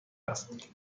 است